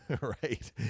right